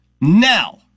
Now